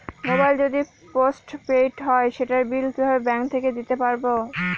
Mobile যদি postpaid হয় সেটার বিল কিভাবে ব্যাংক থেকে দিতে পারব?